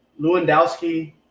Lewandowski